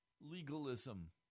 Legalism